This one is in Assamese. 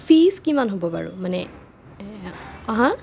ফিজ কিমান হ'ব বাৰু মানে হা